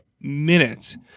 minutes